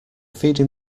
feeding